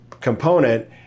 component